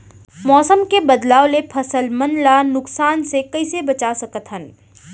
मौसम के बदलाव ले फसल मन ला नुकसान से कइसे बचा सकथन?